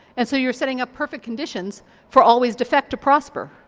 and so you're setting up perfect conditions for always defect to prosper.